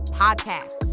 podcast